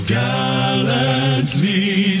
gallantly